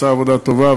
שעושה עבודה טובה,